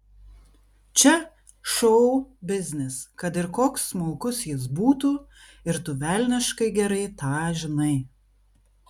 čia šou biznis kad ir koks smulkus jis būtų ir tu velniškai gerai tą žinai